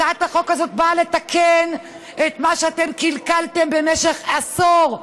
הצעת החוק הזאת באה לתקן את מה שאתם קלקלתם במשך עשור.